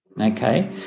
okay